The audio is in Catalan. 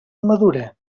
madura